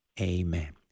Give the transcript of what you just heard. Amen